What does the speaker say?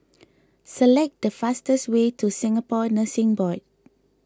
select the fastest way to Singapore Nursing Board